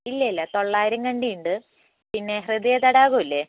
ഇല്ല ഇല്ല തൊള്ളായിരം കണ്ടി ഉണ്ട് പിന്നെ ഹൃദയതടാകമില്ലേ